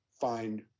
find